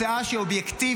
הצעה שהיא אובייקטיבית,